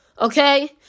Okay